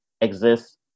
exists